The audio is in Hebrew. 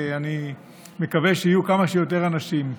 ואני מקווה שיהיו כמה שיותר אנשים,